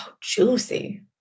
juicy